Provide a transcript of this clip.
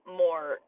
more